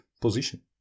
position